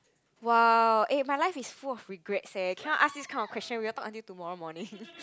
!wow! eh my life is full of regrets eh can you not ask this kind of question we all talk until tomorrow morning